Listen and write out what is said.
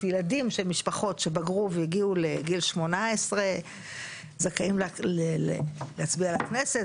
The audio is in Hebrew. זאת אומרת ילדים של משפחות שבגרו והגיע לגיל 18 זכאים להצביע לכנסת,